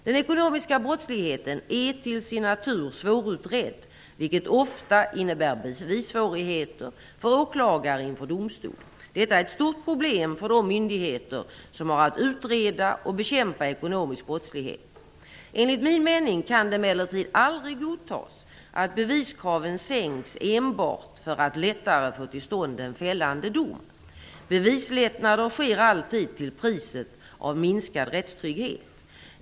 Den ekonomiska brottsligheten är till sin natur svårutredd, vilket ofta innebär bevissvårigheter för åklagare inför domstol. Detta är ett stort problem för de myndigheter som har att utreda och bekämpa ekonomisk brottslighet. Enligt min mening kan det emellertid aldrig godtas att beviskraven sänks enbart för att lättare få till stånd en fällande dom. Bevislättnader sker alltid till priset av minskad rättstrygghet.